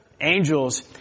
Angels